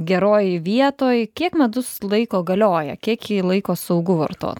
geroj vietoj kiek medus laiko galioja kiek jį laiko saugu vartot